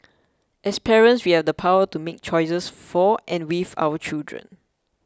as parents we have the power to make choices for and with our children